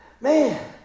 Man